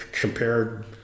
compared